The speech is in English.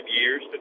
years